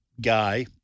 guy